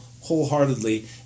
wholeheartedly